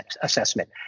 assessment